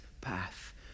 path